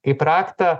kaip raktą